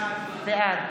בעד